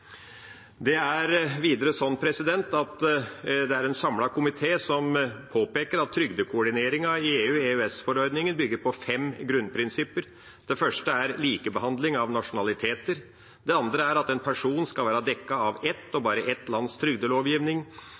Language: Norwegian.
Videre er det en samlet komité som påpeker at trygdekoordineringen i EU-/EØS-forordningen bygger på fem grunnprinsipper. Det første er likebehandling av nasjonaliteter. Det andre er at en person skal være dekket av ett, og bare ett, lands trygdelovgivning.